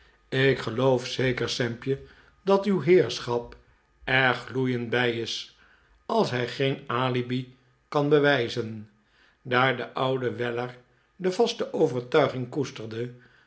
ik geloof zeker sampje dat uw heerschap er gloeiend bij is als hij geen alibi kan bewijzen daar de oude weller de vaste overtuiging koesterde